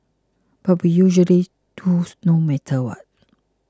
but we usually does no matter what